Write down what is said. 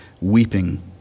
weeping